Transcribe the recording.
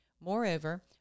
Moreover